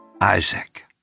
Isaac